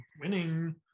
winning